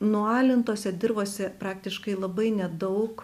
nualintose dirvose praktiškai labai nedaug